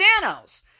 Thanos